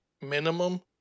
minimum